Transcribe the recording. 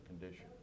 condition